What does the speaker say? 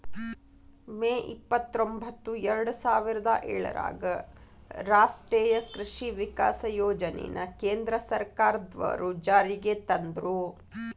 ಮೇ ಇಪ್ಪತ್ರೊಂಭತ್ತು ಎರ್ಡಸಾವಿರದ ಏಳರಾಗ ರಾಷ್ಟೇಯ ಕೃಷಿ ವಿಕಾಸ ಯೋಜನೆನ ಕೇಂದ್ರ ಸರ್ಕಾರದ್ವರು ಜಾರಿಗೆ ತಂದ್ರು